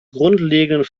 grundlegenden